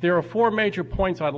there are four major points i'd